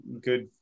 good